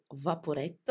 vaporetto